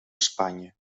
espanya